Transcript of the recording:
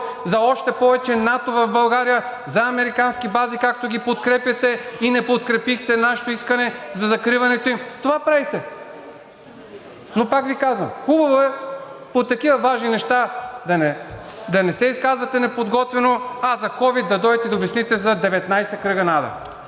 за още повече НАТО в България, за американски бази“, както ги подкрепяте и не подкрепихте нашето искане за закриването им. Това правите. Но пак Ви казвам, хубаво е по такива важни неща да не се изказвате неподготвено, а за ковид да дойдете и да обясните за „деветнадесетте